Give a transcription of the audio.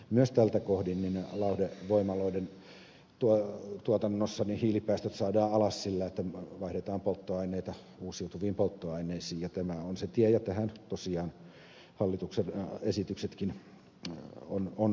myös tältä kohdin lauhdevoimaloiden tuotannossa hiilipäästöt saadaan alas sillä että vaihdetaan polttoaineita uusiutuviin polttoaineisiin ja tämä on se tie ja tähän tosiaan hallituksen esityksetkin ovat viemässä